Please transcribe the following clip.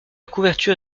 couverture